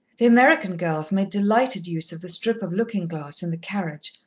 the american girls made delighted use of the strip of looking-glass in the carriage,